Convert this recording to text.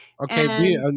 Okay